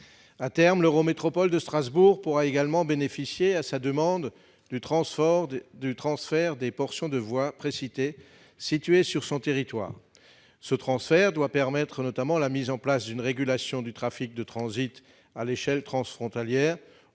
À terme, l'eurométropole de Strasbourg pourra également bénéficier, à sa demande, du transfert des portions de voies précitées situées sur son territoire. Ce transfert doit permettre la mise en place d'une régulation du trafic de transit à l'échelle transfrontalière,